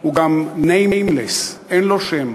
הוא גם "ניימלס" אין לו שם.